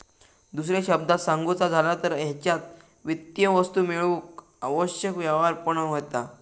दुसऱ्या शब्दांत सांगुचा झाला तर हेच्यात वित्तीय वस्तू मेळवूक आवश्यक व्यवहार पण येता